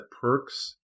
perks